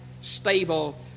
Stable